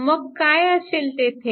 मग काय असेल तेथे